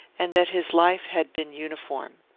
and that his life had been uniform.